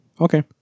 Okay